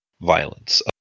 violence